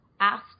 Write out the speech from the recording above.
asked